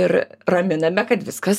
ir raminame kad viskas